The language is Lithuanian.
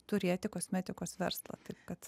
turėti kosmetikos verslą taip kad